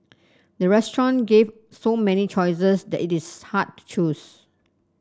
the restaurant give so many choices that it is hard to choose